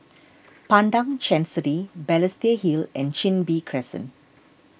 Padang Chancery Balestier Hill and Chin Bee Crescent